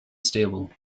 stable